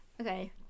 Okay